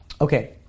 Okay